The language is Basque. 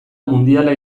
mundiala